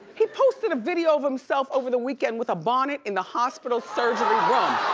he posted a video of himself over the weekend with a bonnet in the hospital surgery room.